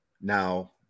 now